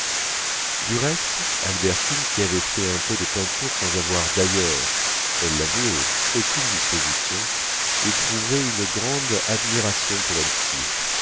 du reste albertine qui avait fait un peu de peinture sans avoir d'ailleurs elle l'avouait aucune disposition éprouvait une grande admiration pour